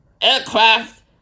aircraft